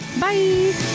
Bye